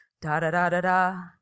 da-da-da-da-da